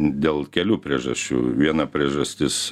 dėl kelių priežasčių viena priežastis